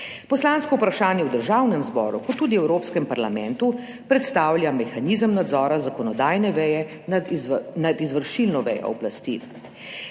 Poslansko vprašanje v Državnem zboru kot tudi v Evropskem parlamentu predstavlja mehanizem nadzora zakonodajne veje nad izvršilno vejo oblasti.